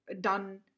done